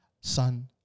son